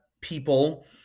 people